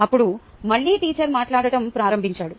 అప్పుడు మళ్ళీ టీచర్ మాట్లాడటం ప్రారంభించాడు